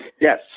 Yes